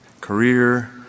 career